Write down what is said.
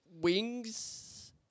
Wings